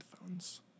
headphones